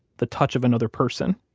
the touch of another person,